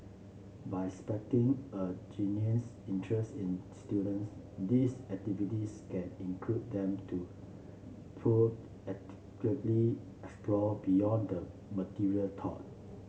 by sparking a genuine interest in students these activities can induce them to proactively explore beyond the material taught